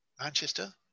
Manchester